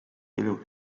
elu